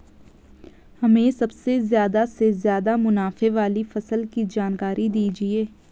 हमें सबसे ज़्यादा से ज़्यादा मुनाफे वाली फसल की जानकारी दीजिए